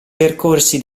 percorsi